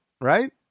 right